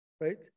right